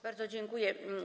Bardzo dziękuję.